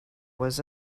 was